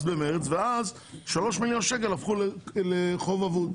ב-מרצ ואז 3 מיליון שקלים הפכו לחוב אבוד.